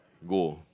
go